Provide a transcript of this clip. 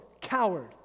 coward